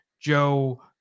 Joe